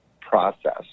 process